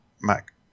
Mac